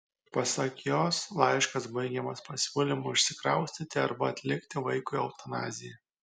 pasak jos laiškas baigiamas pasiūlymu išsikraustyti arba atlikti vaikui eutanaziją